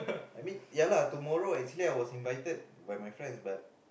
I mean yeah lah tomorrow actually I was invited by my friends but